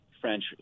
French